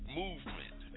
movement